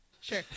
Sure